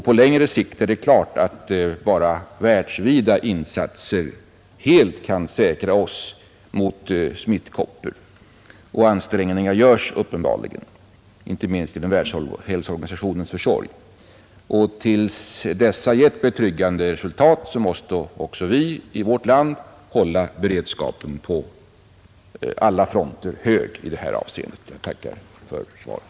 På längre sikt är det klart att bara världsvida insatser helt kan säkra oss mot smittkoppor, och ansträngningar görs uppenbarligen, inte minst genom Världshälsoorganisationens försorg. Tills dessa gett betryggande resultat måste också vi i vårt land hålla beredskapen på alla fronter hög i detta avseende. Jag tackar för svaret.